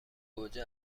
گوجه